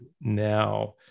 now